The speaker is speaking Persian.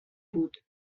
بود